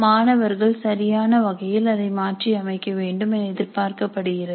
மாணவர்கள் சரியான வகையில் அதை மாற்றி அமைக்க வேண்டும் என எதிர்பார்க்கப்படுகிறது